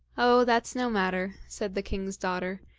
oh! that's no matter, said the king's daughter.